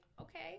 okay